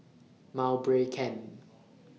Mowbray Camp